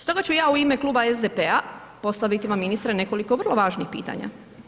Stoga ću ja u ime kluba SDP-a postaviti vam ministre nekoliko vrlo važnih pitanja.